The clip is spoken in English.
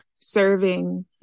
serving